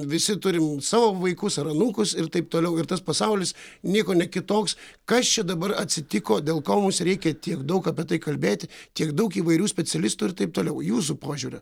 visi turim savo vaikus ar anūkus ir taip toliau ir tas pasaulis niekuo ne kitoks kas čia dabar atsitiko dėl ko mums reikia tiek daug apie tai kalbėti tiek daug įvairių specialistų ir taip toliau jūsų požiūriu